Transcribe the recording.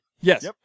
Yes